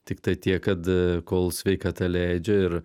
tiktai tiek kad kol sveikata leidžia ir